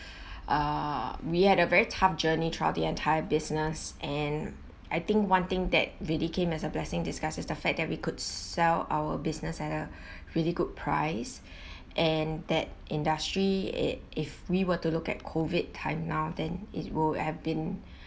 uh we had a very tough journey throughout the entire business and I think one thing that really came as a blessing in disguise is the fact that we could sell our business at a really good price and that industry uh if we were to look at COVID time now then it would have been